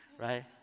right